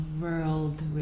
world